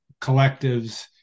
collectives